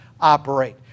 operate